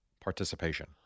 participation